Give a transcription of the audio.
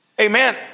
Amen